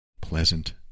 pleasant